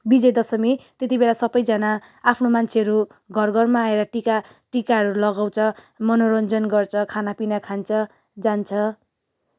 विजयदशमी त्यत्तिबेला सबैजाना आफ्नो मान्छेहरू घरघरमा आएर टीका टीकाहरू लगाउँछ मनोरञ्जन गर्छ खानापिना खान्छ जान्छ